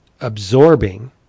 absorbing